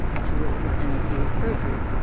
to ah the penalty of perjury.